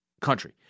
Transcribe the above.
Country